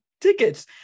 tickets